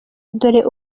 dore